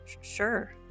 Sure